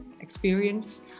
experience